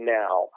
now